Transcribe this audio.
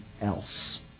else